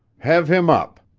have him up!